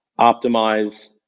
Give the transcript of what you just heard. optimize